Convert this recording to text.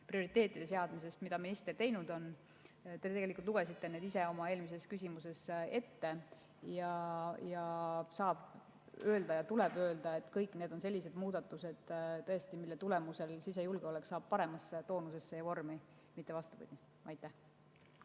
prioriteetide seadmisest, mis minister on teinud. Te tegelikult lugesite need ise oma eelmises küsimuses ette ning tulebki öelda, et kõik need on sellised muudatused, mille tulemusel sisejulgeolek saab paremasse toonusesse ja vormi, mitte vastupidi. Aitäh!